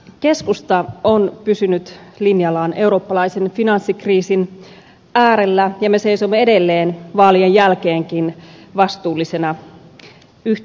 keskusta on pysynyt linjallaan eurooppalaisen finanssikriisin äärellä ja me seisomme edelleen vaalien jälkeenkin vastuullisena yhteisen huolen takana